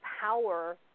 power